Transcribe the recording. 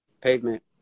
Pavement